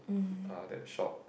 uh that shop